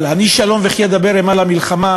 אבל "אני שלום, וכי אדבר המה למלחמה",